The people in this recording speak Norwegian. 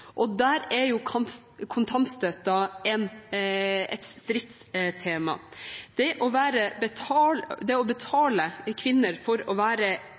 og der er kontantstøtten et stridstema. Det å betale kvinner for å være